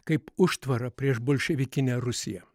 kaip užtvarą prieš bolševikinę rusiją